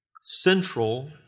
Central